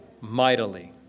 Mightily